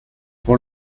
por